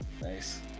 Nice